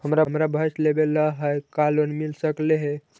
हमरा भैस लेबे ल है का लोन मिल सकले हे?